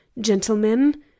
Gentlemen